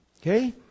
Okay